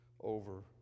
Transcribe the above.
over